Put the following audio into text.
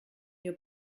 your